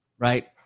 Right